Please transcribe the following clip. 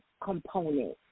component